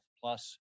plus